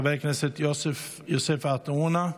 חברת הכנסת יוסף עטאונה,